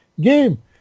game